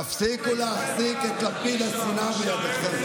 תפסיקו להחזיק את לפיד השנאה בידיכם.